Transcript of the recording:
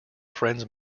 friends